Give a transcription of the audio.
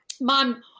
Mom